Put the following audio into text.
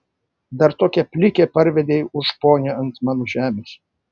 dar tokią plikę parvedei už ponią ant mano žemės